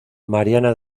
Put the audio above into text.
mariana